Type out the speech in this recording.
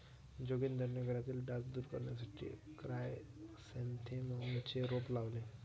जोगिंदरने घरातील डास दूर करण्यासाठी क्रायसॅन्थेममचे रोप लावले